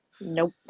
Nope